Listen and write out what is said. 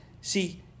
See